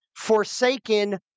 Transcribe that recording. forsaken